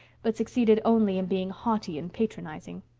but succeeded only in being haughty and patronizing.